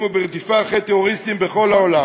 וברדיפה אחרי טרוריסטים בכל העולם,